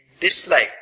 Dislike